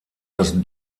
das